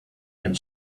and